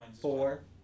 Four